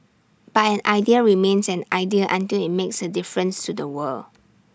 but an idea remains an idea until IT makes A difference to the world